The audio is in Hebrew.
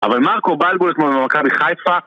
אבל מרקור ביילבולט מול מכבי חיפה